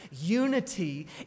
Unity